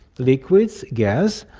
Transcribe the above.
liquids, gas.